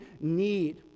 need